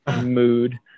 mood